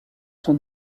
son